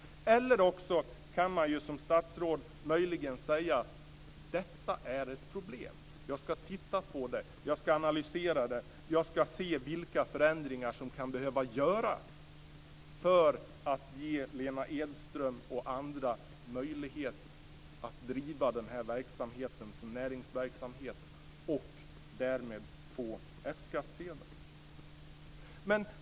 Eller också kan man ju som statsråd möjligen säga att detta är ett problem och att man skall titta på det, analysera det och se vilka förändringar som kan behöva göras för att ge Lena Edström och andra möjlighet att driva den här verksamheten som näringsverksamhet och därmed få F-skattsedel.